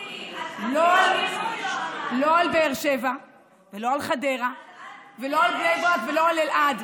לא על באר שבע ולא על חדרה ולא על בני ברק ולא על אלעד.